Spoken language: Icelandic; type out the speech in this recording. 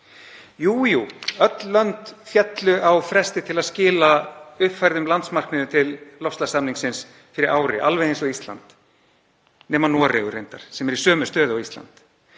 Jú, jú, öll lönd féllu á fresti til að skila uppfærðum landsmarkmiðum til loftslagssamningsins fyrir ári, alveg eins og Ísland, nema Noregur reyndar sem er í sömu stöðu á Ísland.